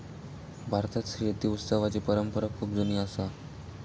भारतात शेती उत्सवाची परंपरा खूप जुनी असा